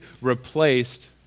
replaced